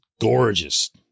gorgeous